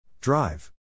Drive